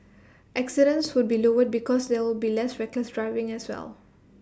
accidents would be lowered because they'll be less reckless driving as well